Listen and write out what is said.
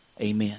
Amen